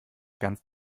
ganz